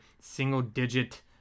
single-digit